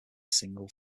single